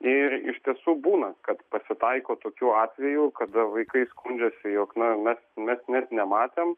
ir iš tiesų būna kad pasitaiko tokių atvejų kada vaikai skundžiasi jog na mes mes net nematėm